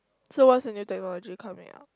so what is the new technology coming out